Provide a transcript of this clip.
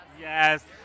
Yes